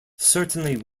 certainly